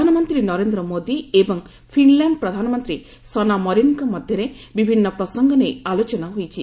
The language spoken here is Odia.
ପ୍ରଧାନମନ୍ତ୍ରୀ ନରେନ୍ଦ୍ର ମୋଦୀ ଏବଂ ଫିନ୍ଲ୍ୟାଣ୍ଡ ପ୍ରଧାନମନ୍ତ୍ରୀ ସନା ମରିନ୍ଙ୍କ ମଧ୍ୟରେ ବିଭିନ୍ନ ପ୍ରସଙ୍ଗ ନେଇ ଆଲୋଚନା ହୋଇଛି